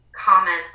comment